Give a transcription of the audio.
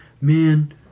man